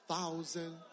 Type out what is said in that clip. thousand